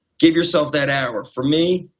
give yourself that hour. for me,